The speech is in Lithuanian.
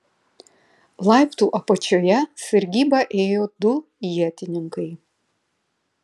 laiptų apačioje sargybą ėjo du ietininkai